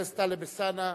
חבר הכנסת טלב אלסאנע.